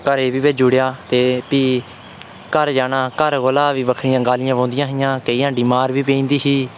घरै गी भी भेजू ओड़ेआ ते भी घर जाना घर कोला बी भी बक्खरियां गालियां पौदियां हियां केईं हांडी मार बी पेई जंदी ही